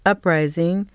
Uprising